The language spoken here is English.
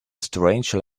strange